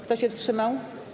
Kto się wstrzymał?